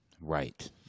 Right